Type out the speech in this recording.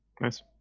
Nice